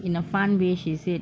in a fun way she said